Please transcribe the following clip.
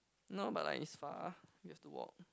no but like is far you have to walk